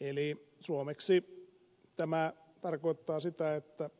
eli suomeksi tämä tarkoittaa sitä että